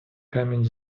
камінь